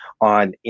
on